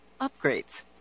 upgrades